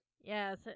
Yes